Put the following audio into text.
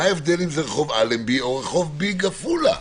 מה ההבדל אם זה רחוב אלנבי או רחוב ביג עפולה?